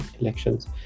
elections